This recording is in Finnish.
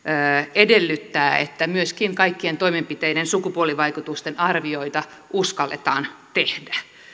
edellyttää että myöskin kaikkien toimenpiteiden sukupuolivaikutusten arvioita uskalletaan tehdä